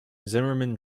zimmerman